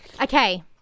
Okay